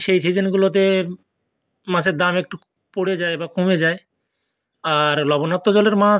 সেই সিজনগুলোতে মাছের দাম একটু পড়ে যায় বা কমে যায় আর লবণাক্ত জলের মাছ